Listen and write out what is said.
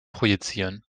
projizieren